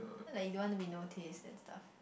cause like you don't want to be notice that stuff